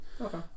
Okay